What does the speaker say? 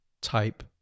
type